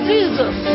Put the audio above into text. Jesus